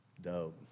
Dope